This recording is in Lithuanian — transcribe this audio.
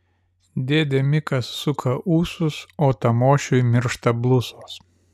dėdė mikas suka ūsus o tamošiui miršta blusos